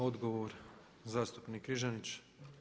Odgovor, zastupnik Križanić.